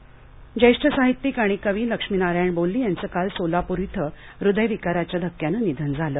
बोल्ली निधनः ज्येष्ठ साहित्यिक आणि कवी लक्ष्मीनारायण बोल्ली याचं काल सोलापूर इथं हृदय विकाराच्या धक्क्यानं निधन झालं